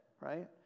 right